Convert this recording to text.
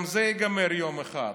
גם זה ייגמר יום אחד.